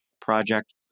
project